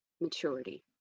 maturity